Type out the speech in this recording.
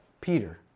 Peter